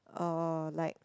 oh like